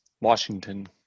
Washington